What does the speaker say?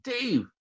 Dave